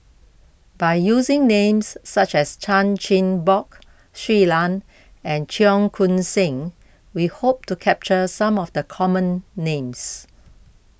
by using names such as Chan Chin Bock Shui Lan and Cheong Koon Seng we hope to capture some of the common names